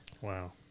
Wow